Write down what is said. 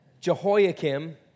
Jehoiakim